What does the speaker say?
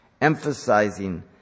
Emphasizing